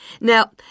Now